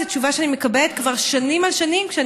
זו תשובה שאני מקבלת כבר שנים כשאני